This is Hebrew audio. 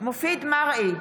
מופיד מרעי,